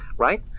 right